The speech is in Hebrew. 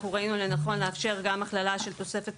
אנחנו ראינו לנכון לאפשר הכללה של תוספת